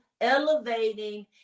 elevating